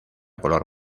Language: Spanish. color